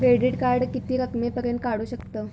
Credit card किती रकमेपर्यंत काढू शकतव?